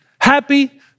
happy